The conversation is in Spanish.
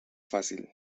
fácil